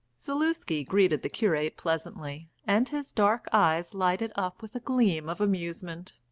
zaluski greeted the curate pleasantly, and his dark eyes lighted up with a gleam of amusement.